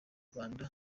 rwanda